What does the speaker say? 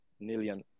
million